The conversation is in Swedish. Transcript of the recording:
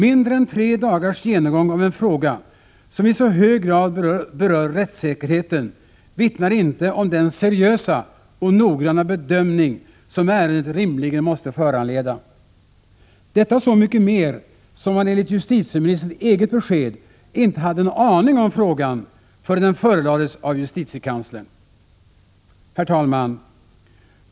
Mindre än tre dagars genomgång av en fråga, som i så hög grad berör rättssäkerheten, vittnar inte om den seriösa och noggranna bedömning som ärendet rimligen måste föranleda, detta så mycket mer som man enligt justitieministerns eget besked inte hade en aning om frågan, förrän ärendet lämnades in av justitiekanslern. Herr talman!